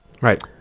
right